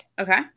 Okay